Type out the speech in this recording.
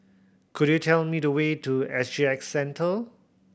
could you tell me the way to S G X Centre